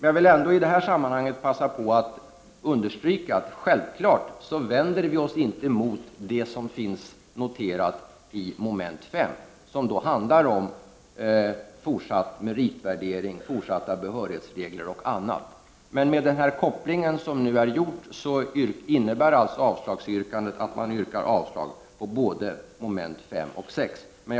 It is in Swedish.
Jag vill ändå i detta sammanhang passa på att understryka att vi i centerpartiet självfallet inte vänder oss mot det som finns noterat i mom. 5, som handlar om fortsatt meritvärdering, fortsatta behörighetsregler och annat, men med den koppling som nu är gjord innebär avslagsyrkandet alltså att man yrkar avslag på både mom. 5 och mom. 6.